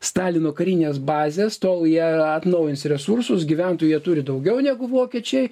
stalino karinės bazės tol ją atnaujins resursus gyventojų jie turi daugiau negu vokiečiai